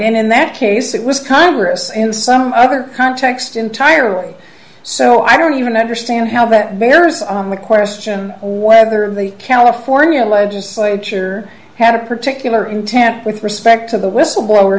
again in that case it was congress in some other context entirely so i don't even understand how that bears on the question or whether the california legislature had a particular intent with respect to the whistleblower